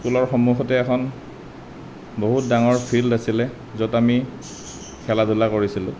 স্কুলৰ সন্মুখতে এখন বহুত ডাঙৰ ফিল্ড আছিলে য'ত আমি খেলা ধূলা কৰিছিলোঁ